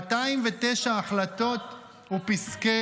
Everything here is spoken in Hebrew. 209 החלטות ופסקי דין.